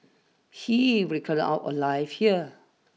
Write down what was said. he wretched our lives here